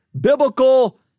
biblical